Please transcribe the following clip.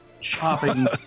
chopping